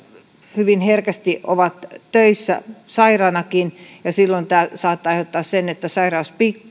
hyvin herkästi ovat töissä sairainakin ja silloin tämä saattaa aiheuttaa sen että sairaus